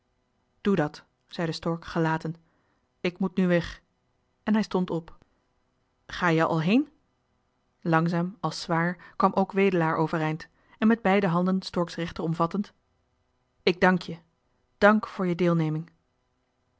doe dat zeide stork gelaten ik moet nu weg en hij stond op ga je al heen langzaam als zwaar stond ook wedelaar op en met beide handen stork's rechter omvattend johan de meester de zonde in het deftige dorp ik dànk je dànk voor je deelneming